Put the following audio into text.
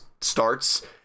starts